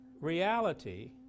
reality